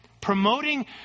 Promoting